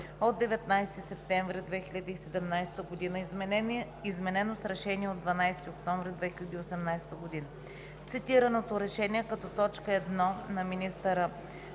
от 19 септември 2017 г., изменено с Решение от 12 октомври 2018 г. С цитираното решение като т. 1 на министъра